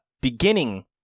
beginning